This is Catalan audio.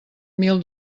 mil